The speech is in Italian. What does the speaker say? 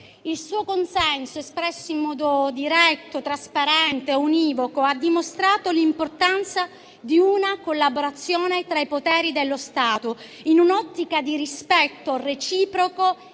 il suo consenso, espresso in modo diretto, trasparente e univoco. Egli ha dimostrato l'importanza di una collaborazione tra i poteri dello Stato, in un'ottica di rispetto reciproco